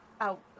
out